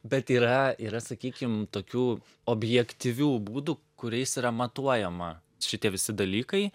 bet yra yra sakykim tokių objektyvių būdų kuriais yra matuojama šitie visi dalykai